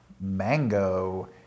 mango